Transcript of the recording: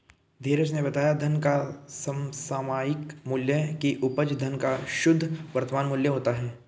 धीरज ने बताया धन का समसामयिक मूल्य की उपज धन का शुद्ध वर्तमान मूल्य होता है